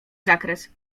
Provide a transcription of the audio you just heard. zakres